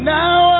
now